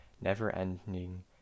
never-ending